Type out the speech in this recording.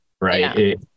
right